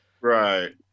Right